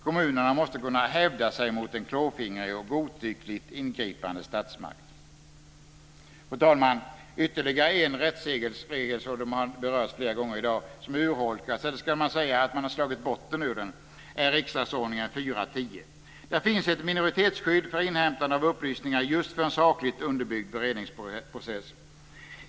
Kommunerna måste kunna hävda sig mot en klåfingrig och godtyckligt ingripande statsmakt. Fru talman! Ytterligare en rättsregel som har urholkats - eller ska man säga att man slagit botten ur den - har berörts flera gånger i dag. Det är riksdagsordningen 4:10. Där finns det ett minoritetsskydd för inhämtande av upplysningar just för en sakligt underbyggd beredningsprocess.